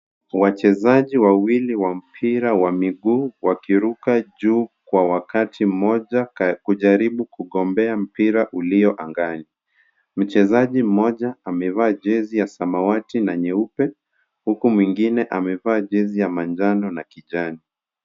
Wachezaji wawili wa mpira wa miguu wakiruka juu kwa wakati mmoja kujaribu kugombea mpira ulio angani. Mchezaji mmoja amevaa jezi ya samawati na nyeupe, huku mwingine amevaa jezi ya manjano na kijani.